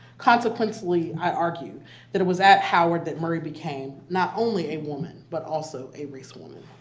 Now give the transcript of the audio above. consequently, i argue that it was at howard that murray became not only a woman but also a race woman.